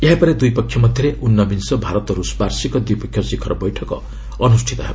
ଏହାପରେ ଦୁଇ ପକ୍ଷ ମଧ୍ୟରେ ଊନବିଂଶ ଭାରତ ରୁଷ ବାର୍ଷିକ ଦ୍ୱିପକ୍ଷୀୟ ଶିଖର ବୈଠନ ଅନୁଷ୍ଠିତ ହେବ